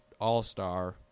all-star